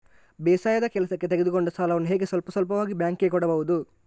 ಬೇಸಾಯದ ಕೆಲಸಕ್ಕೆ ತೆಗೆದುಕೊಂಡ ಸಾಲವನ್ನು ಹೇಗೆ ಸ್ವಲ್ಪ ಸ್ವಲ್ಪವಾಗಿ ಬ್ಯಾಂಕ್ ಗೆ ಕೊಡಬಹುದು?